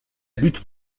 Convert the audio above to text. lutte